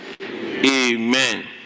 Amen